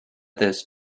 this